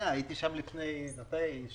הייתי שם לפני שבועיים-שלושה.